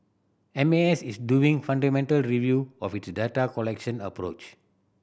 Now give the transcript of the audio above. M A S is doing fundamental review of its data collection approach